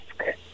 Okay